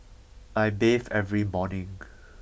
I bathe every morning